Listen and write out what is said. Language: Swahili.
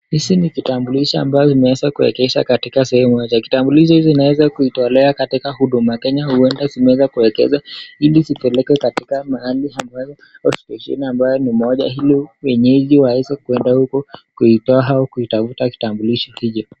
Hizi ni vitambulisho ambao imeweza kuegesha katika sehemu moja. Vitambulisho hizi zinaweza kuitolea katika Huduma Kenya, huona zimeweza kuegesha ili zipelekwe mahali ambao station ambao ni moja hilo wenyeji waweze kuenda uko kuitoa au kuitafuta kitambulisho hicho.